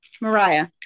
Mariah